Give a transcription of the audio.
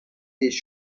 these